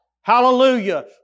Hallelujah